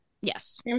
yes